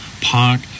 Park